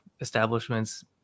establishments